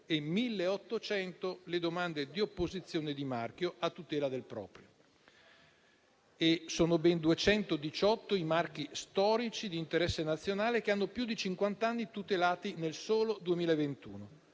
e 1.800 le domande di opposizione di marchio a tutela del proprio. E sono ben 218 i marchi storici di interesse nazionale che hanno più di cinquanta anni tutelati nel solo 2021;